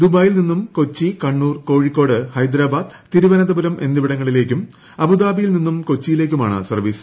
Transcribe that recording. ദുബായിൽ നിന്ന് കൊച്ചി കണ്ണൂർ കോഴിക്കോട് ഹൈദരാബാദ് തിരുവന്തപുരം എന്നിവിടങ്ങളിലേയ്ക്കും അബുദാബിയിൽ നിന്ന് കൊച്ചിയിലേക്കുമാണ് സർവീസ്